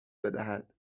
بدهد